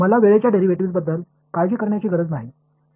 मला वेळेच्या डेरिव्हेटिव्ह्ज बद्दल काळजी करण्याची गरज नाही